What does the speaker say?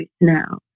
now